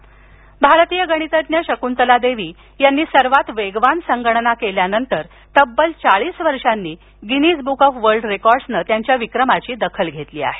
शकंतला देवी भारतीय गणितज्ञ शकूंतला देवी यांनी सर्वात वेगवान संगणना केल्यानंतर तब्बल चाळीस वर्षांनी गिनिज बुक ऑफ वर्ल्ड रेकॉर्डसनं त्यांच्या विक्रमाची दखल घेतली आहे